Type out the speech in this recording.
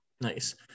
nice